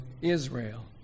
Israel